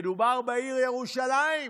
מדובר בעיר ירושלים.